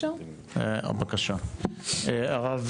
בבקשה, הרב